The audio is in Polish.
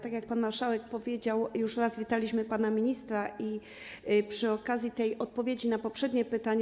Tak jak pan marszałek powiedział, już raz witaliśmy pana ministra przy okazji odpowiedzi na poprzednie pytanie.